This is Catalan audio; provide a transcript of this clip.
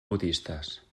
budistes